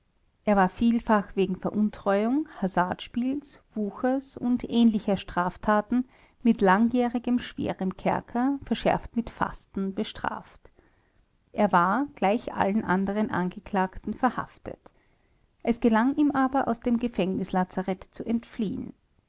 er war vielfach wegen veruntreuung hazardspiels wuchers und ähnlicher straftaten mit langjährigem schwerem kerker verschärft mit fasten bestraft er war gleich allen anderen angeklagten verhaftet es gelang ihm aber aus dem gefängnislazarett zu entfliehen